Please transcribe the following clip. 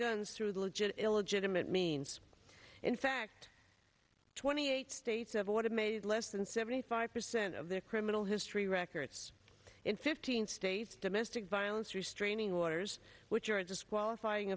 guns through the legit illegitimate means in fact twenty eight states have what amazed and seventy five percent of their criminal history records in fifteen states domestic violence restraining orders which are a disqualifying